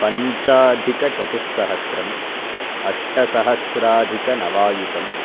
पञ्चाधिकचतुस्सहस्रम् अष्टसहस्राधिकनवायुतम्